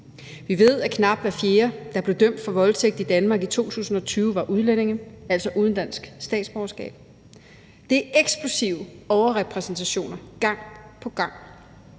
Vi ved, at knap hver fjerde, der blev dømt for voldtægt i Danmark i 2020, var udlænding, altså uden dansk statsborgerskab. Det er eksplosive overrepræsentationer gang på gang.